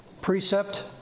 Precept